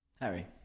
Harry